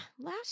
last